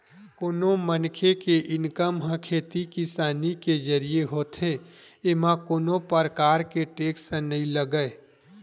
कोनो मनखे के इनकम ह खेती किसानी के जरिए होथे एमा कोनो परकार के टेक्स नइ लगय